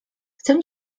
chcę